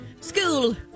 School